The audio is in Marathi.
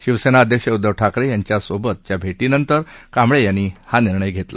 शिवसेना अध्यक्ष उद्धव ठाकरे यांच्यासोबतच्या भेभेंतर कांबळे यांनी हा निर्णय घेतला